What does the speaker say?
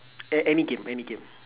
uh any game any game